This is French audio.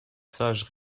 sages